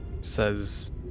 says